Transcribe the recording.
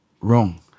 wrong